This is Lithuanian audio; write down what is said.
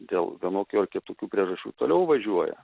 dėl vienokių ar kitokių priežasčių toliau važiuoja